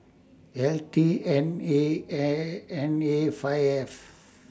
L T N A N A five F